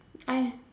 I